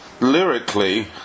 Lyrically